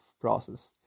process